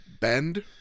Bend